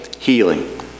healing